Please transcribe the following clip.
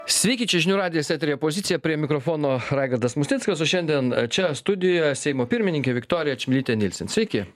sveiki čia žinių radijas eteryje opozicija prie mikrofono raigardas musnickas o šiandien čia studijoje seimo pirmininkė viktorija čmilytė nylsen sveiki